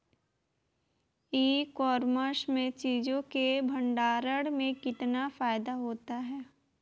ई commerce में चीज़ों के भंडारण में कितना फायदा होता है?